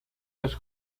los